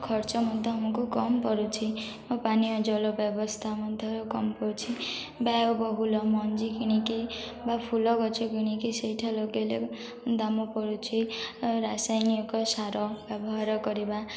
ଖର୍ଚ୍ଚ ମଧ୍ୟ ଆମକୁ କମ୍ ପଡ଼ୁଛି ଓ ପାନୀୟ ଜଳ ବ୍ୟବସ୍ଥା ମଧ୍ୟରୁ କମ୍ ପଡ଼ୁଛି ବ୍ୟୟ ବହୁଳ ମଞ୍ଜି କିଣିକି ବା ଫୁଲ ଗଛ କିଣିକି ସେଇଟା ଲଗେଇଲେ ଦାମ୍ ପଡ଼ୁଛି ରାସାୟନିକ ସାର ବ୍ୟବହାର କରିବା